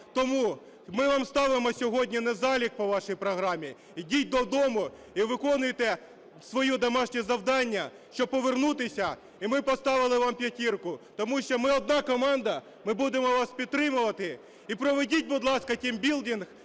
Тому ми вам ставимо сьогодні "незалік" по вашій програмі. Ідіть додому і виконуйте своє домашнє завдання, щоб повернутися і ми поставили вам "п'ятірку". Тому що ми – одна команда. Ми будемо вас підтримувати. І проведіть, будь ласка, тимбілдинг